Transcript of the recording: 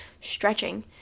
stretching